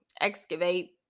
excavate